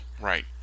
Right